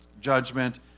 judgment